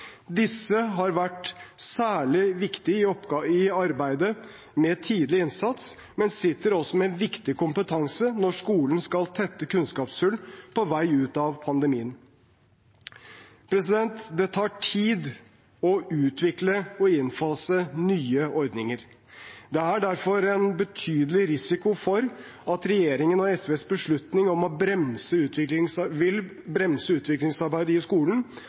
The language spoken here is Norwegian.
Disse har vært særlig viktige i arbeidet med tidlig innsats, men sitter også med viktig kompetanse når skolen skal tette kunnskapshull på vei ut av pandemien. Det tar tid å utvikle og innfase nye ordninger. Det er derfor en betydelig risiko for at regjeringen og SVs beslutning vil bremse utviklingsarbeidet i skolen og gjøre det mindre attraktivt for gode lærere å